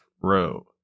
Row